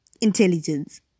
intelligence